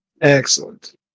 excellent